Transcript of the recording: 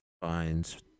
finds